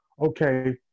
okay